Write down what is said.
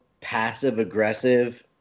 passive-aggressive